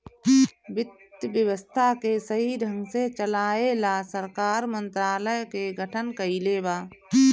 वित्त व्यवस्था के सही ढंग से चलाये ला सरकार मंत्रालय के गठन कइले बा